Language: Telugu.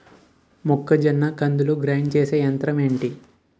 మొక్కజొన్న కంకులు గ్రైండ్ చేసే యంత్రం ఏంటి?